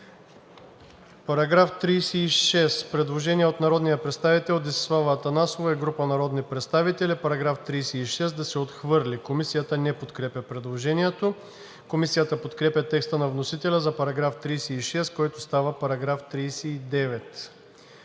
По § 36 има предложение от народния представител Десислава Атанасова и група народни представители: „§ 36 да се отхвърли.“ Комисията не подкрепя предложението. Комисията подкрепя текста на вносителя за § 36, който става § 39.